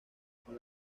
con